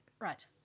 Right